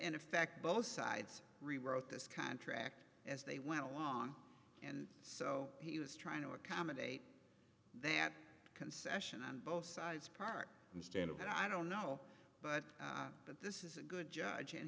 in effect both sides rewrote this contract as they went along and so he was trying to accommodate that concession on both sides apart from stan and i don't know but but this is a good judge and